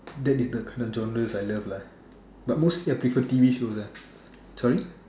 that is the genres I love lah but mostly I prefer T_V shows ah sorry